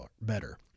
better